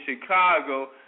chicago